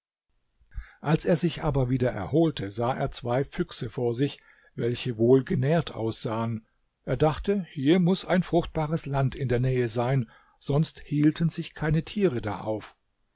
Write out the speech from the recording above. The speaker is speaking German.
als er sich aber wieder erholte sah er zwei füchse vor sich welche wohlgenährt aussahen er dachte hier muß ein fruchtbares land in der nähe sein sonst hielten sich keine tiere da auf